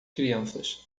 crianças